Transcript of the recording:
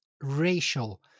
racial